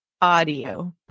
audio